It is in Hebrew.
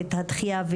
את הדחייה,